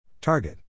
Target